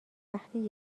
وقتی